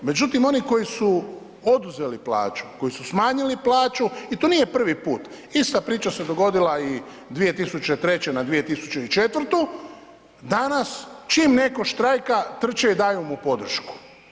Međutim oni koji su oduzeli plaću, koji su smanjili plaću i to nije prvi put, ista priča se dogodila i 2003. na 2004., danas čim netko štrajka, trče i daju mu podršku.